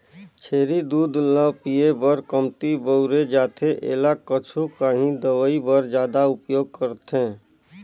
छेरी दूद ल पिए बर कमती बउरे जाथे एला कुछु काही दवई बर जादा उपयोग करथे